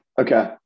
okay